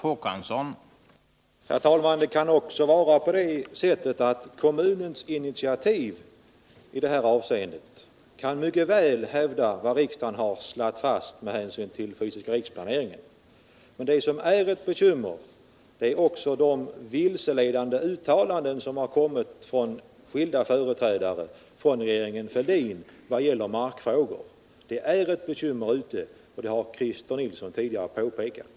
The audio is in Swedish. Herr talman! Kommunens initiativ i detta avseende kan också mycket väl överensstämma med vad riksdagen har slagit fast i fråga om den fysiska riksplaneringen. Ett verkligt bekymmer är emellertid de vilseledande uttalandena av skilda företrädare för regeringen Fälldin beträffande markfrågor, vilket också Christer Nilsson påpekat.